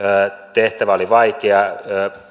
tehtävä oli vaikea